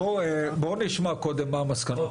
נשמע קודם את מסקנות